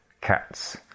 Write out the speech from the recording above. cats